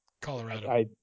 Colorado